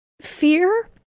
fear